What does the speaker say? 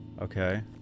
okay